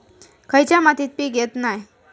खयच्या मातीत पीक येत नाय?